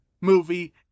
movie